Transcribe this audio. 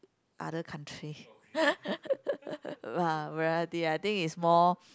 other country variety I think is more